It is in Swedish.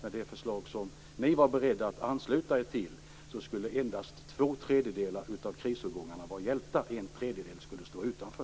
Med det förslag som ni var beredda att ansluta er till skulle endast två tredjedelar av krisårgångarna vara hjälpta, en tredjedel skulle stå utanför.